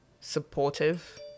supportive